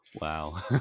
wow